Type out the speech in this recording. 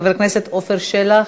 חבר הכנסת עפר שלח,